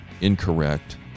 incorrect